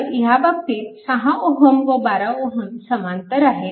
तर ह्या बाबतीत 6 Ω व 12 Ω समांतर आहेत